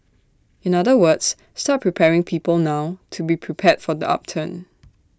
in other words start preparing people now to be prepared for the upturn